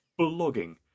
blogging